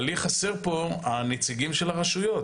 אבל לי חסר פה הנציגים של הרשויות.